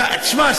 תשמע,